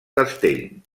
castell